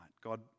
God